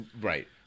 right